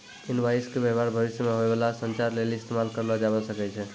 invoice के व्य्वहार भविष्य मे होय बाला संचार लेली इस्तेमाल करलो जाबै सकै छै